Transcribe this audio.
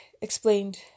explained